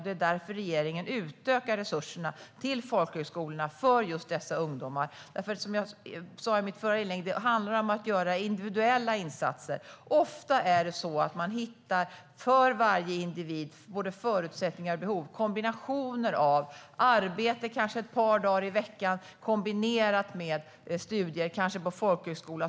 Det är därför regeringen utökar resurserna till folkhögskolorna för just dessa ungdomar. Som jag sa i mitt förra inlägg handlar det om att göra individuella insatser. Ofta hittar man för varje individ både förutsättningar och behov. Det är kanske arbete ett par dagar i veckan kombinerat med studier, kanske på folkhögskola.